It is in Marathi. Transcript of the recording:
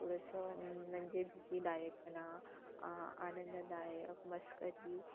थोडंसं म्हणजे भीतीदायकपणा आनंददायक मस्करी